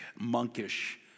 monkish